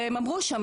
והם אמרו שם,